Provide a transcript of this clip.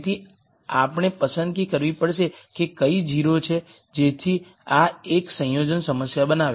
તેથી આપણે પસંદગી કરવી પડશે કે કઈ 0 છે જેથી આ એક સંયોજન સમસ્યા બનાવે